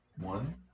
one